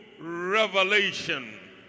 revelation